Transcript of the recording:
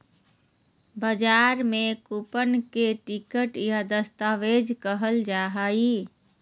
बजार में कूपन के टिकट या दस्तावेज कहल जा हइ